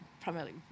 primarily